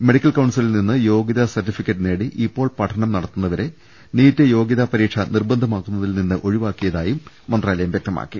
medical കൌൺസിലിൽ നിന്ന് യോഗ്യതാ സർട്ടിഫിക്കറ്റ് നേടി ഇപ്പോൾ പഠനം നടത്തുന്നവരെ നീറ്റ് യോഗൃതാ പരീക്ഷ നിർബന്ധമാക്കുന്നതിൽനിന്ന് ഒഴിവാക്കി യതായും മന്ത്രാലയം വ്യക്തമാക്കി